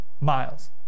miles